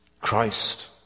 Christ